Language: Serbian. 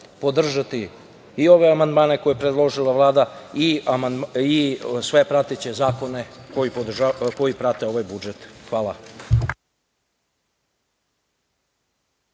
podržati i ove amandmane koje je predložila Vlada i sve prateće zakone koji prate ovaj budžet. Hvala.